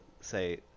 say